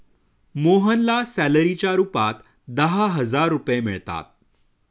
मोहनला सॅलरीच्या रूपात दहा हजार रुपये मिळतात